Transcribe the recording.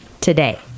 today